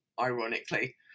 ironically